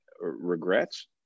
regrets